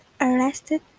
arrested